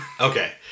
Okay